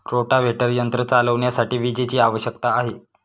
rotavator यंत्र चालविण्यासाठी विजेची आवश्यकता आहे